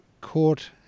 court